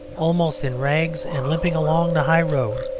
almost in rags and limping along the high road,